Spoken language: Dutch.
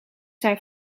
zijn